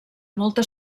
molta